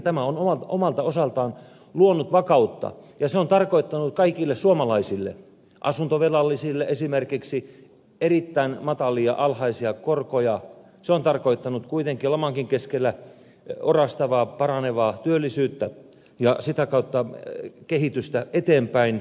tämä on omalta osaltaan luonut vakautta ja se on tarkoittanut kaikille suomalaisille asuntovelallisille esimerkiksi erittäin matalia alhaisia korkoja se on tarkoittanut kuitenkin lamankin keskellä orastavaa paranevaa työllisyyttä ja sitä kautta kehitystä eteenpäin